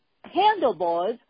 handlebars